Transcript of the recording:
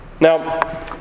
Now